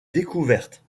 découvertes